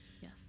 Yes